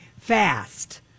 fast